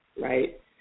right